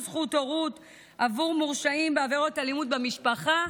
זכות הורות עבור מורשעים בעבירות אלימות במשפחה),